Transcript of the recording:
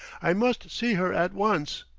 i must see her at once!